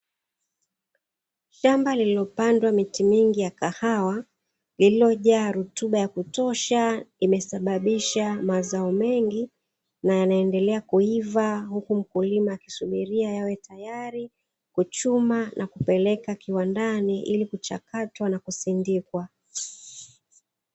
Shamba lililopandwa miti mingi ya kahawa iliyojaa rutuba ya kutosha, imesababisha mazao mengi na yanaendelea kuiva huku mkulima akisubiria yawe tayari, kuchuma na kupeleka kiwandani ili kuchakatwa na kusindikwa.